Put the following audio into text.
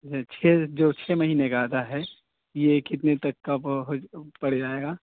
جو چھ جو چھ مہینے کا آتا ہے یہ کتنے تک کا پڑ جائے گا